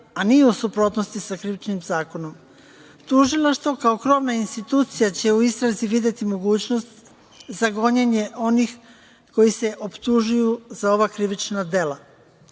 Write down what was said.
a nije u suprotnosti sa Krivičnim zakonom. Tužilaštvo kao krovna institucija će u istrazi videti mogućnost za gonjenje onih koji su optužuju za ova krivična dela.U